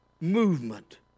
movement